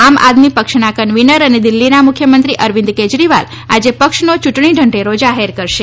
આમ આદમી પક્ષના કન્વીનર અને દિલ્હીના મુખ્યમંત્રી અરવિંદ કેજરીવાલ આજે પક્ષનો ચૂંટણી ઢંઢેરો જાહેર કરશે